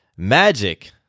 Magic